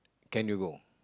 can you go